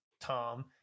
Tom